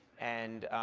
and